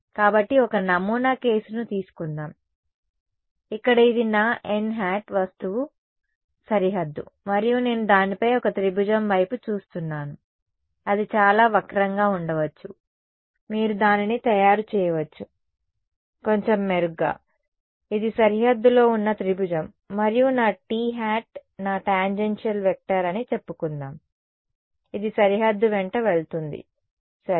కాబట్టి ఒక నమూనా కేసును తీసుకుందాం ఇక్కడ ఇది నా nˆ వస్తువు సరిహద్దు మరియు నేను దానిపై ఒక త్రిభుజం వైపు చూస్తున్నాను అది చాలా వక్రంగా ఉండవచ్చు మీరు దానిని తయారు చేయవచ్చు కొంచెం మెరుగ్గా ఇది సరిహద్దులో ఉన్న త్రిభుజం మరియు నా t హ్యాట్ నా టాంజెన్షియల్ వెక్టర్ అని చెప్పుకుందాం ఇది సరిహద్దు వెంట వెళుతుంది సరే